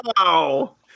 Wow